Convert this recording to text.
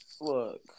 look